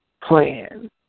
plan